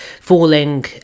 falling